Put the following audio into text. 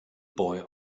boy